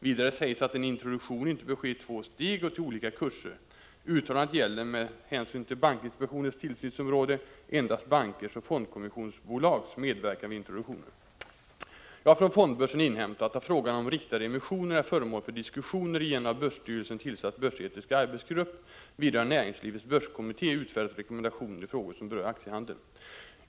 Vidare sägs att en introduktion inte bör ske i två steg och till olika kurser. Uttalandet gäller, med hänsyn till bankinspektionens tillsynsområde, endast bankers och fondkommissionsbolags medverkan vid introduktioner. Jag har från fondbörsen inhämtat att frågan om riktade emissioner är föremål för diskussioner i en av börsstyrelsen tillsatt börsetisk arbetsgrupp. Vidare har Näringslivets börskommitté utfärdat rekommendationer i frågor som berör aktiehandeln.